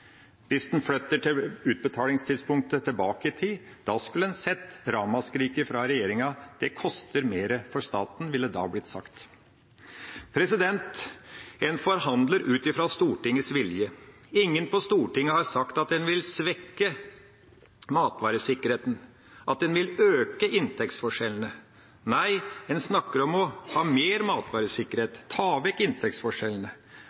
Hvis en hadde flyttet utbetalingstidspunktet tilbake i tid, da skulle en hørt ramaskrik fra regjeringa. Det koster mer for staten, ville det da blitt sagt. En forhandler ut fra Stortingets vilje. Ingen på Stortinget har sagt at en vil svekke matvaresikkerheten, at en vil øke inntektsforskjellene, nei, en snakker om å ha mer matvaresikkerhet, om å ta vekk inntektsforskjellene.